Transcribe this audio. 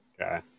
Okay